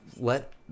let